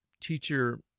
teacher